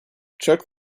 check